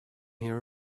here